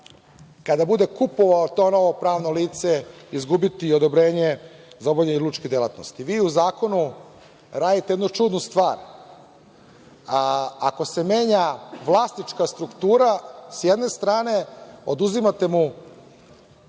kada bude kupovao to novo pravno lice, izgubiti odobrenje za obavljanje lučke delatnosti. Vi u zakonu radite jednu čudnu stvar, a ako se menja vlasnička struktura, s jedne strane, oduzimate mu